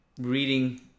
reading